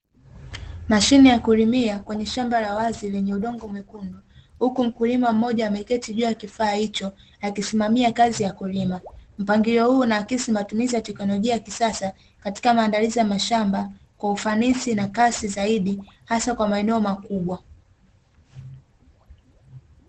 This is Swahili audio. Mashine ya kulimia kwenye shamba la wazi lenye udongo mwekundu, huku mkulima mmoja ameketi juu ya kifaa hicho akisimamia kazi ya kulima, mpangilio huu unaakisi matumizi ya teknolojia ya kisasa katika maandalizi ya mashamba kwa ufanisi na kasi zaidi hasa kwa maeneo makubwa.